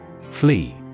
Flee